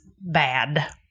bad